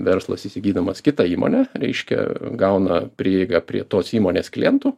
verslas įsigydamas kitą įmonę reiškia gauna prieigą prie tos įmonės klientų